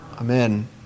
Amen